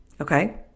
Okay